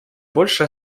больше